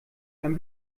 ein